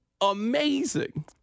amazing